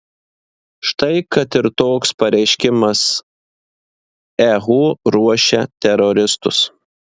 štai kad ir toks pareiškimas ehu ruošia teroristus